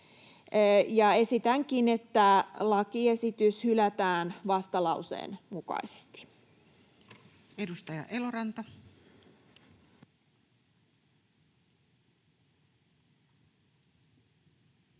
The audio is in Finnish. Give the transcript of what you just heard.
Esitänkin, että lakiesitys hylätään vastalauseen mukaisesti. [Speech 238]